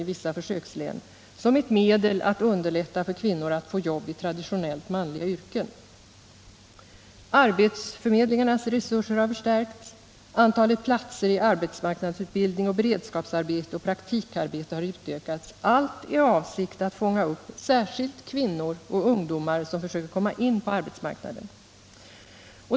i vissa försökslän, som ett medel att underlätta för kvinnor att få jobb i traditionellt manliga yrken. Arbetsförmedlingarnas resurser har förstärkts. Antalet platser i arbetsmarknadsutbildning, beredskapsarbete och praktikarbete har utökats, allt i avsikt att fånga upp särskilt kvinnor och ungdomar som försöker komma in på arbetsmarknaden.